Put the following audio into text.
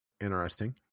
Interesting